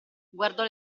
guardò